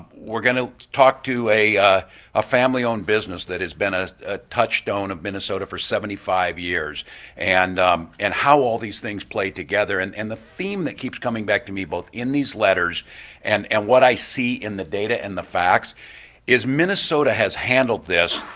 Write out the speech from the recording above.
we're going to talk to a a family owned business that has been ah a touchstone of minnesota for seventy five years and and how all these things play together. and and the theme that keeps coming back to me both in these letters and and what i see in the data and the facts is minnesota has handled this